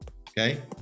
Okay